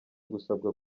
gusabwa